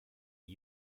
are